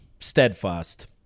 steadfast